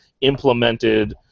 implemented